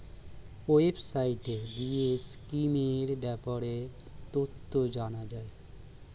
ওয়েবসাইটে গিয়ে স্কিমের ব্যাপারে তথ্য জানা যায়